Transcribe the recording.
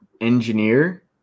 engineer